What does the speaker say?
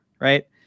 right